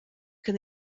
can